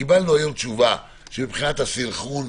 קיבלנו היום תשובה שמבחינת הסנכרון,